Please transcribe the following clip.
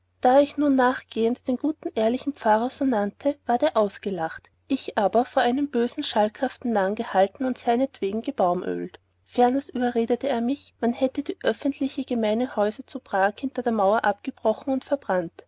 da ich nun nachgehends den guten ehrlichen pater so nannte ward er ausgelacht ich aber vor einen bösen schalkhaftigen narrn gehalten und seinetwegen gebaumölt ferners überredete er mich man hätte die offentliche gemeine häuser zu prag hinter der maur abgebrochen und verbrannt